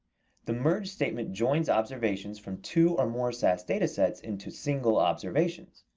the merge statement joins observations from two or more sas data sets into single observations.